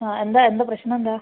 ആ എന്താ എന്താ പ്രശ്നം എന്താ